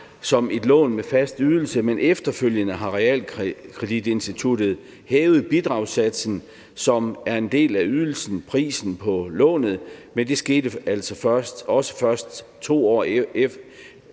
som et lån med fast ydelse, men efterfølgende har realkreditinstituttet hævet bidragssatsen, som er en del af prisen på lånet, men det skete altså også